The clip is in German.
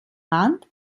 hand